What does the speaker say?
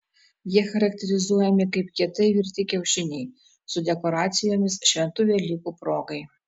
jie charakterizuojami kaip kietai virti kiaušiniai su dekoracijomis šventų velykų progai